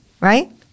Right